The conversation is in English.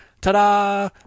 ta-da